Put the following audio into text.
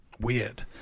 weird